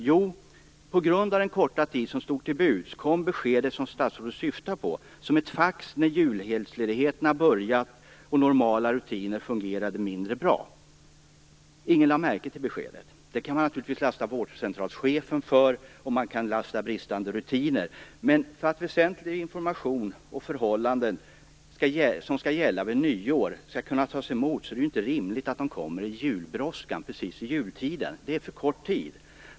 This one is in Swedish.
Jo, på grund av den korta tid som stod till buds kom beskedet som statsrådet syftar på som ett fax när julhelgsledigheten börjat och normala rutiner fungerade mindre bra. Ingen lade märke till beskedet. Det kan man naturligtvis lasta vårdcentralschefen och bristande rutiner för. Men om väsentlig information om förhållanden som skall börja gälla vid nyår skall kunna tas emot, är det inte rimligt att de kommer i julbrådskan. Det är för kort tid.